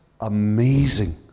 amazing